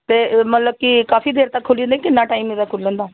ਅਤੇ ਇਹ ਮਤਲਬ ਕਿ ਕਾਫੀ ਦੇਰ ਤੱਕ ਖੁੱਲ੍ਹੀ ਹੁੰਦੀ ਕਿੰਨਾ ਟਾਈਮ ਇਹਦਾ ਖੁੱਲ੍ਹਣ ਦਾ